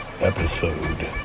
episode